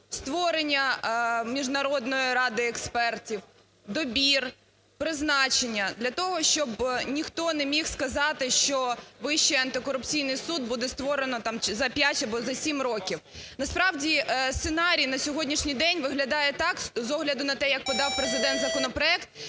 створення Міжнародної ради експертів, добір, призначення для того, щоб ніхто не міг сказати, що Вищий антикорупційний суд буде створено, там, за 5 або за 7 років. Насправді, сценарій на сьогоднішній день виглядає так, з огляду на те, як подав Президент законопроект,